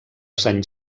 sant